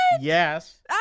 Yes